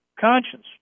conscience